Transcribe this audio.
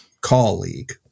colleague